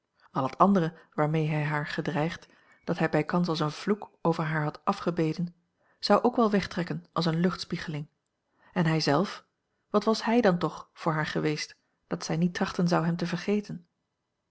al het andere waarmee hij haar gedreigd dat hij bijkans als een vloek over haar had afgebeden zou ook wel wegtrekken als eene luchtspiegeling en hij zelf wat was hij dan toch voor haar geweest dat zij niet trachten zou hem te vergeten